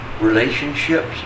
relationships